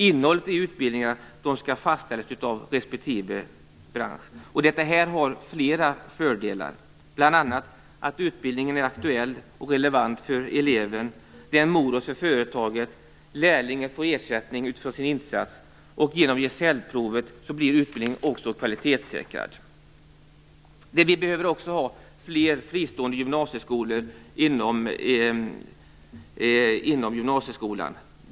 Innehållet i utbildningarna skall fastställas av respektive bransch. Det här har flera fördelar. Bl.a. blir utbildningen aktuell och relevant för eleven. Det är en morot för företagen. Lärlingen får ersättning utifrån sin insats, och genom gesällprovet blir utbildningen kvalitetssäkrad. Vi behöver också ha fler fristående gymnasieskolor inom gymnasieskolan.